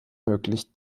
möglich